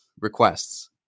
requests